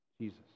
Jesus